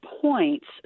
points